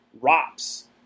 Rops